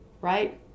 right